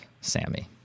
Sammy